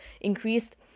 increased